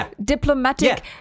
diplomatic